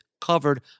covered